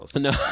No